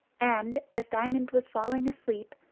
and, as diamond was falling asleep,